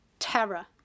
terror